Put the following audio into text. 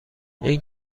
این